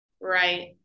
right